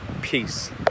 Peace